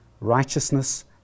righteousness